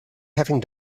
having